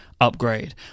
upgrade